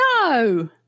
No